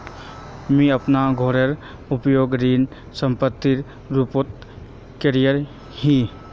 मुई अपना घोरेर उपयोग ऋण संपार्श्विकेर रुपोत करिया ही